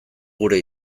gure